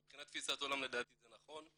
מבחינת תפיסת עולם לדעתי זה נכון,